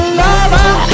lover